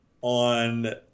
on